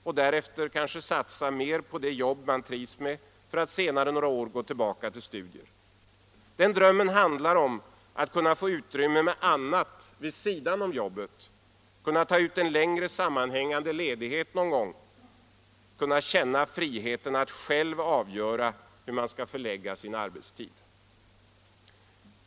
Därefter vill man kanske satsa mer på det jobb man trivs med för att senare något år gå tillbaka till studier. Drömmen handlar om att kunna få utrymme för annat vid sidan av jobbet, kunna ta ut en längre sammanhängande ledighet någon gång, kunna känna friheten att själv avgöra hur man skall förlägga sin arbetstid.